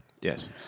Yes